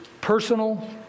personal